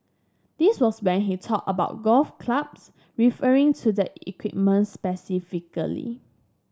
this was when he talked about golf clubs referring to the equipment specifically